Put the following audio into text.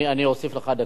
אני אוסיף לך דקה.